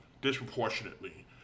disproportionately